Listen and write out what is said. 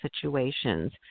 situations